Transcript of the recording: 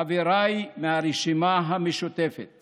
חבריי מהרשימה המשותפת